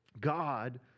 God